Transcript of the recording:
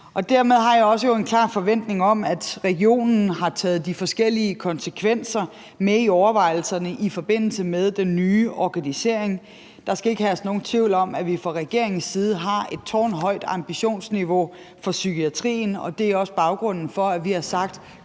kr. Dermed har jeg jo også en klar forventning om, at regionen har taget de forskellige konsekvenser med i overvejelserne i forbindelse med den nye organisering. Der skal ikke herske nogen tvivl om, at vi fra regeringens side har et tårnhøjt ambitionsniveau for psykiatrien, og det er også baggrunden for, at vi har sagt